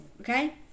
okay